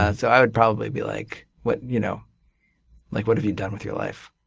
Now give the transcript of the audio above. and so i would probably be like what you know like what have you done with your life?